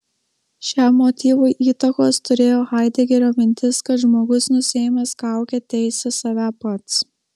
šiam motyvui įtakos turėjo haidegerio mintis kad žmogus nusiėmęs kaukę teisia save pats